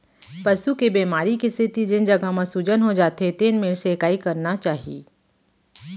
पसू के बेमारी के सेती जेन जघा म सूजन हो जाथे तेन मेर सेंकाई करना चाही